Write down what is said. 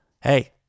hey